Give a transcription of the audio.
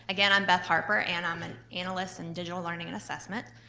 again, i'm beth harper, and i'm an analyst in digital learning and assessment,